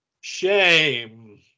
Shame